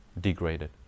degraded